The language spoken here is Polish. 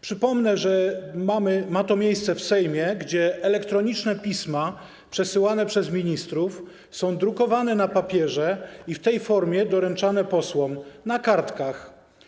Przypomnę, że ma to miejsce w Sejmie, gdzie elektroniczne pisma przesyłane przez ministrów są drukowane na papierze i w tej formie doręczane posłom - na kartkach.